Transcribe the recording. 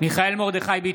מיכאל מרדכי ביטון,